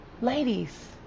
Ladies